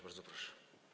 Bardzo proszę.